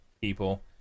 people